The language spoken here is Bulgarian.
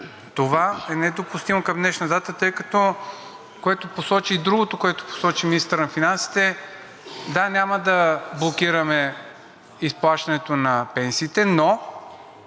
това е недопустимо към днешна дата, тъй като… И другото, което посочи министърът на финансите, е – да, няма да блокираме изплащането на пенсиите, но